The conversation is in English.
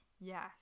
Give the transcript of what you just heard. Yes